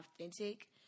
authentic